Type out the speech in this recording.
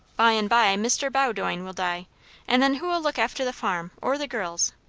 by-and-by mr. bowdoin will die and then who'll look after the farm, or the girls?